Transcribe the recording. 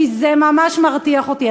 כי זה ממש מרתיח אותי,